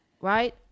right